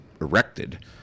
erected